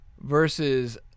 versus